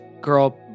Girl